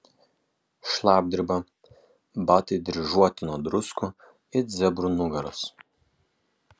šlapdriba batai dryžuoti nuo druskų it zebrų nugaros